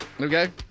Okay